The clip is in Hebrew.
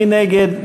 מי נגד?